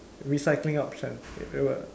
recycling option